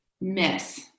miss